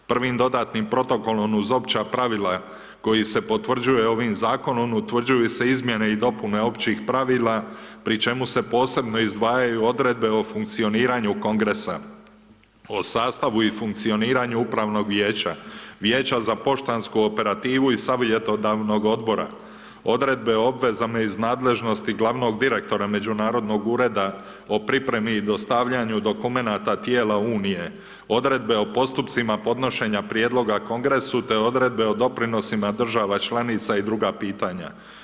Prvim dodatnim Protokolom uz Opća pravila koji se potvrđuje ovim Zakonom utvrđuju se izmjene i dopune Općih pravila, pri čemu se posebno izdvajaju Odredbe o funkcioniranju Kongresa, o sastavu i funkcioniranju Upravnog vijeća, Vijeća za poštansku operativu i savjetodavnog Odbora, Odredbe o obvezama iz nadležnosti glavnog direktora međunarodnog ureda o pripremi i dostavljanju dokumenata tijela Unije, Odredbe o postupcima podnošenja prijedloga Kongresu, te Odredbe o doprinosima država članica i druga pitanja.